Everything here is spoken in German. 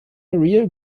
real